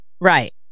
Right